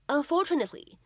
Unfortunately